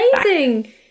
Amazing